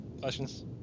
questions